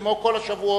כמו כל השבועות,